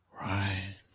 Right